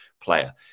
player